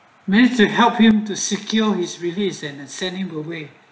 maybe to help him to secure his release and and send him away